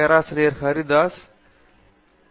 பேராசிரியர் பிரதாப் ஹரிதாஸ் சிறந்தது